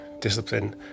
discipline